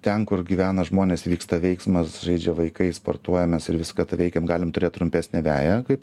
ten kur gyvena žmonės vyksta veiksmas žaidžia vaikai sportuoja mes ir viską tą veikiam galim turėt trumpesnę veją kaip